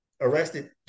arrested